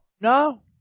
no